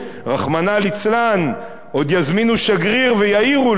רחמנא ליצלן, עוד יזמינו שגריר ויעירו לו.